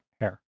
hair